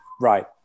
Right